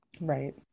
Right